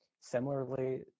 Similarly